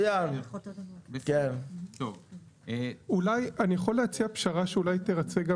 אני יכול להציע פשרה שאולי תרצה?